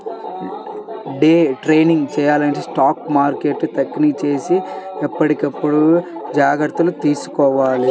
day trading చెయ్యాలంటే stock మార్కెట్ని తనిఖీచేసి ఎప్పటికప్పుడు జాగర్తలు తీసుకోవాలి